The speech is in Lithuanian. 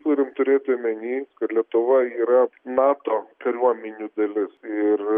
turim turėt omeny kad lietuva yra nato kariuomenių dalis ir